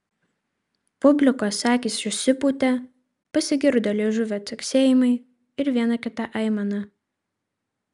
publikos akys išsipūtė pasigirdo liežuvio caksėjimai ir viena kita aimana